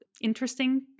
interesting